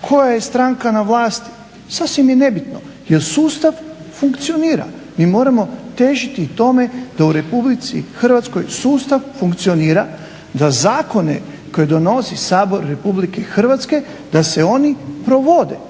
koja je stranka na vlasti, sasvim je nebitno jer sustav funkcionira. Mi moram težiti tome da u Republici Hrvatskoj sustav funkcionira da zakone koje donosi Sabor Republike Hrvatske da se oni provode